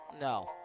no